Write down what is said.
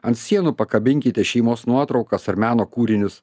ant sienų pakabinkite šeimos nuotraukas ar meno kūrinius